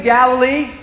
Galilee